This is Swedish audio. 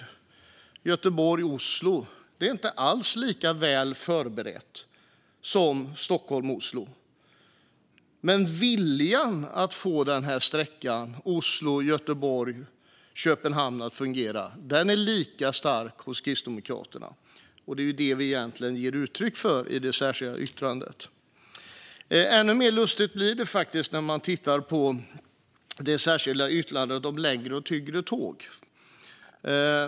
När det gäller Göteborg-Oslo är det inte alls lika väl förberett som när det gäller Stockholm-Oslo. Men viljan att få sträckan Oslo-Göteborg-Köpenhamn att fungera är lika stark hos Kristdemokraterna. Det är det vi egentligen ger uttryck för i det särskilda yttrandet. Ännu mer lustigt blir det faktiskt när man tittar på det särskilda yttrandet om längre och tyngre tåg.